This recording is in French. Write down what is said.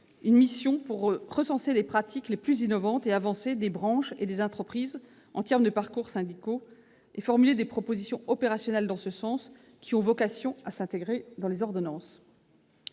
une mission visant à recenser les pratiques les plus innovantes et avancées des branches et des entreprises en matière de parcours syndicaux, et à formuler des propositions opérationnelles dans ce sens. Celles-ci ont vocation à s'intégrer dans les ordonnances.